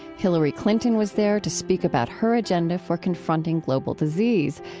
hillary clinton was there to speak about her agenda for confronting global disease.